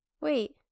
Wait